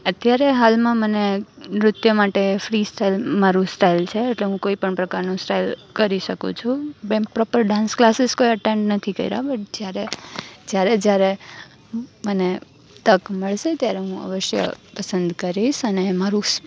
અત્યારે હાલમાં મને નૃત્ય માટે ફ્રી સ્ટાઈલ મારું સ્ટાઈલ છે એટલે હું કોઈ પણ પ્રકારનું સ્ટાઈલ કરી શકું છું બેમ પ્રોપર ડાન્સ ક્લાસીસ કોઈ અટેન્ડ નથી કર્યા બટ જ્યારે જ્યારે જ્યારે મને તક મળશે ત્યારે અવશ્ય પસંદ કરીશ અને મારું